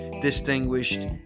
distinguished